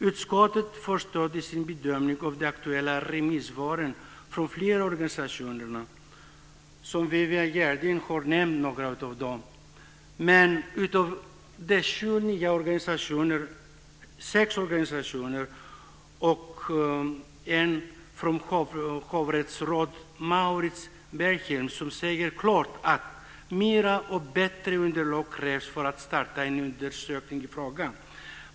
Utskottet förstår i sin bedömning de aktuella remissvaren från flera organisationer - Viviann Gerdin har nämnt några av dem. Men av sex organisationer och från hovrättsrådet Mauritz Bäärnhielm sägs det klart att mer och bättre underlag krävs för att starta en undersökning i frågan.